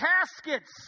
caskets